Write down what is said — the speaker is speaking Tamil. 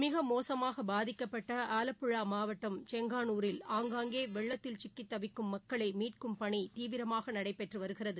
மிக மோசமாக பாதிக்கப்பட்ட ஆலப்புழா மாவட்டம் செங்கானூரில் ஆங்காங்கே வெள்ளத்தில் சிக்கி தவிக்கும் மக்களை மீட்கும் பணி தீவிரமாக நடைபெற்று வருகிறது